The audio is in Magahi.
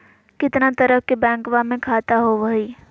कितना तरह के बैंकवा में खाता होव हई?